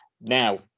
Now